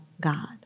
God